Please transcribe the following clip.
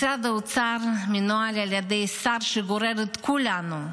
משרד האוצר מנוהל על ידי שר שגורר את כולנו,